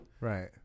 Right